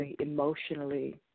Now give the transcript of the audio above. emotionally